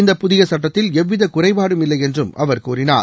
இந்த புதிய சட்டத்தில் எவ்வித குறைபாடும் இல்லை என்றும் அவர் கூறினார்